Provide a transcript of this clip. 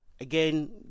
Again